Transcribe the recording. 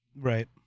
Right